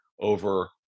over